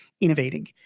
innovating